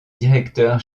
directeur